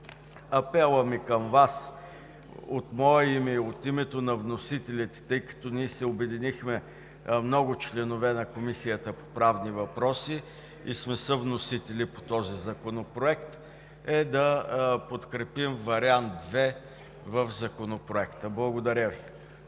Апелът ми към Вас от мое име и от името на вносителите е, тъй като ние се обединихме много членове на Комисията по правни въпроси и сме съвносители по този законопроект, да подкрепим Вариант 2 в Законопроекта. Благодаря Ви.